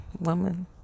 woman